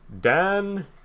Dan